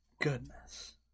Goodness